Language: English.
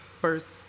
first